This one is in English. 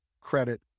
credit